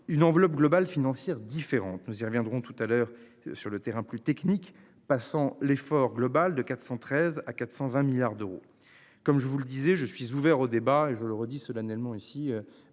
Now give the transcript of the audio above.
une enveloppe globale financières différentes, nous y reviendrons tout à l'heure sur le terrain plus technique passant l'effort global de 413 à 420 milliards d'euros. Comme je vous le disais, je suis ouvert au débat, et je le redis solennellement ici.